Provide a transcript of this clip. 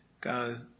go